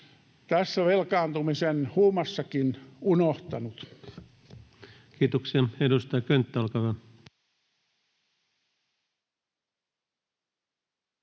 tässä velkaantumisen huumassakin unohtanut. Kiitoksia. — Edustaja Könttä, olkaa hyvä.